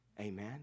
Amen